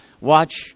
watch